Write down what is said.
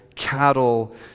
cattle